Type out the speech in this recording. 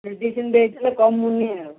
medicine ଦେଇଥିଲେ କମୁନି ଆଉ